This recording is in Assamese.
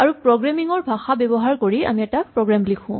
আৰু প্ৰগ্ৰেমিং ৰ ভাষা ব্যৱহাৰ কৰি আমি এটা প্ৰগ্ৰেম লিখো